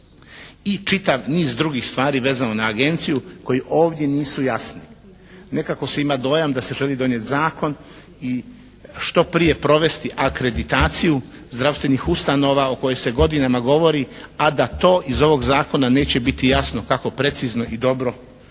i čitav niz drugih stvari vezano na agenciju koji ovdje nisu jasni. Nekako se ima dojam da se želi donijeti zakon i što prije provesti akreditaciju zdravstvenih ustanova o kojoj se godinama govori, a da to iz ovog zakona neće biti jasno tako precizno i dobro učiniti.